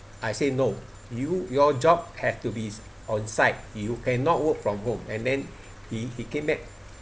I say no you your job have to be on site you cannot work from home and then he he came back